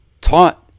taught